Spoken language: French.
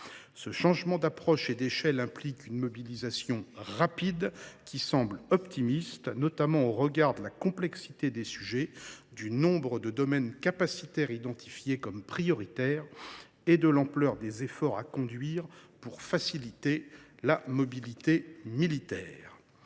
Ce changement d’approche et d’échelle implique une mobilisation rapide qui semble optimiste, au regard notamment de la complexité des sujets, du nombre de domaines capacitaires identifiés comme prioritaires et de l’ampleur des efforts à conduire pour faciliter la mobilité militaire.